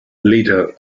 leader